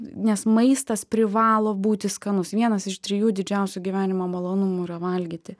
nes maistas privalo būti skanus vienas iš trijų didžiausių gyvenimo malonumų valgyti